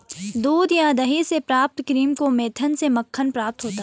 दूध या दही से प्राप्त क्रीम को मथने से मक्खन प्राप्त होता है?